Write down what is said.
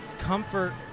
comfort